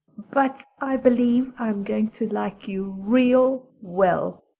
but i believe i'm going to like you real well.